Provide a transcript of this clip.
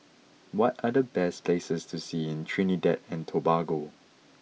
what are the best places to see in Trinidad and Tobago